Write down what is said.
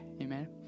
Amen